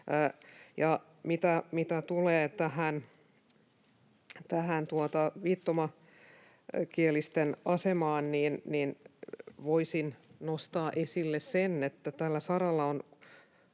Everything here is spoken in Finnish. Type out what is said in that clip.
Mitä tulee tähän viittomakielisten asemaan, niin voisin nostaa esille sen, että tällä saralla on